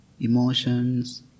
emotions